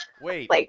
Wait